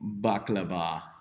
baklava